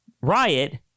riot